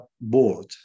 board